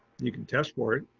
you can test for it.